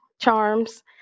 charms